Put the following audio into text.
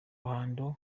ruhando